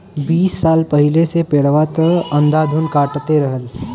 बीस साल पहिले से पेड़वा त अंधाधुन कटते रहल